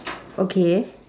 okay